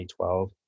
2012